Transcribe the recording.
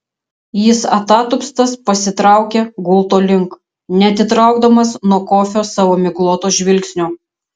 jis atatupstas pasitraukė gulto link neatitraukdamas nuo kofio savo migloto žvilgsnio